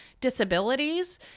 disabilities